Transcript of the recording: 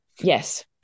Yes